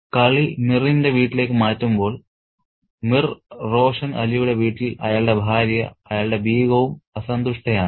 കളി മിറിന്റെ വീട്ടിലേക്ക് മാറ്റുമ്പോൾ മിർ റോഷൻ അലിയുടെ വീട്ടിൽ അയാളുടെ ഭാര്യ അയാളുടെ ബീഗവും അസന്തുഷ്ടയാണ്